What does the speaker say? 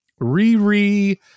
riri